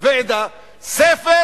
ועדה ספר